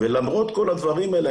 ולמרות כל הדברים האלה,